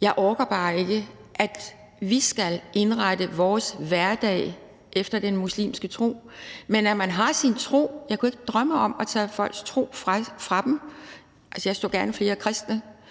Jeg orker bare ikke, at vi skal indrette vores hverdag efter den muslimske tro. Men jeg kunne ikke drømme om at tage folks tro fra dem. Altså, jeg så gerne flere kristne.